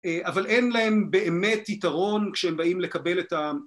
אבל אין להם באמת יתרון כשהם באים לקבל את ה...